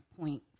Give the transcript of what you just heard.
point